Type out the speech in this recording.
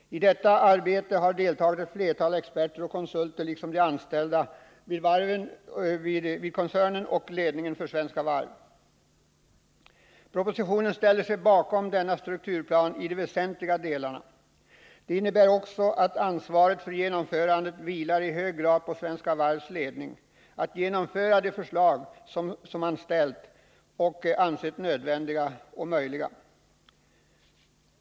I detta arbete har deltagit ett flertal experter och konsulter liksom de anställda vid koncernen och ledningen för Svenska Varv. Propositionen ställer sig bakom denna strukturplan i de väsentliga delarna. Det innebär också att ansvaret vilar i hög grad på Svenska Varvs ledning att genomföra de förslag man ställt och ansett nödvändiga och möjliga.